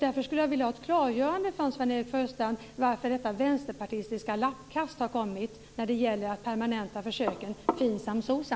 Därför skulle jag vilja ha ett klargörande av Sven-Erik Sjöstrand varför detta vänsterpartistiska lappkast har kommit när det gäller att permanenta försöken FINSAM och